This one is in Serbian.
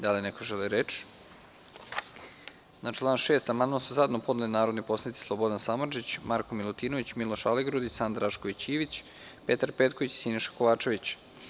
Da li neko želi reč? (Ne) Na član 6. amandman su zajedno podneli narodni poslanici Slobodan Samardžić, Marko Milutinović, Miloš Aligrudić, Sanda Rašković Ivić, Petar Petković i Siniša Kovačević.